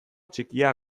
txikia